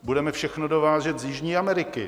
Budeme všechno dovážet z Jižní Ameriky.